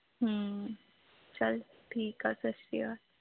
ਹਮ ਚੱਲ ਠੀਕ ਆ ਸਤਿ ਸ਼੍ਰੀ